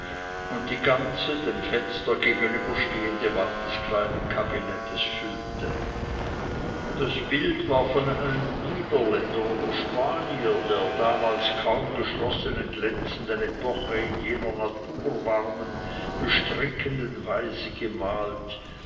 und die ganze dem fenster gegenüberstehende wand des kleinen kabinettes füllte das bild war von einem niederländer oder spanier der damals kaum geschlossenen glänzenden epoche in jener naturwarmen bestrickenden weise gemalt